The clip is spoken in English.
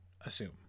assume